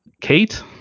Kate